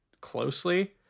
closely